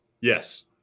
Yes